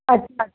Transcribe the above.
अच्छा अच्छा